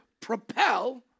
propel